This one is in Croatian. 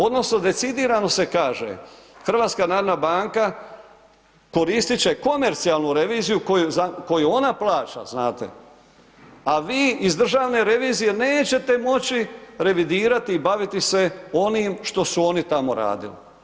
Odnosno decidirano se kaže HNB koristiti će komercijalnu reviziju koju ona plaća, znate, a vi iz državne revizije neće moći revidirati i baviti se onim što su oni tamo radili.